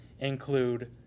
include